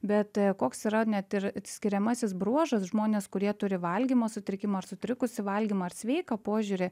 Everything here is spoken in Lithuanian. bet koks yra net ir skiriamasis bruožas žmonės kurie turi valgymo sutrikimų ar sutrikusį valgymą ar sveiką požiūrį